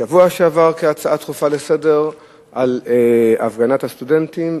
בשבוע שעבר כהצעה דחופה לסדר-היום על הפגנת הסטודנטים,